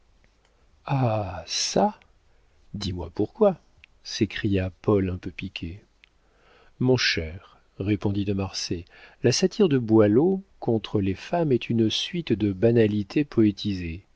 çà dis-moi pourquoi s'écria paul un peu piqué mon cher répondit de marsay la satire de boileau contre les femmes est une suite de banalités poétisées